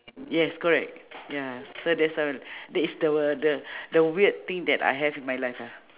yes correct ya so that's a that is the one the the the weird thing that I have in my life ya